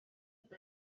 heb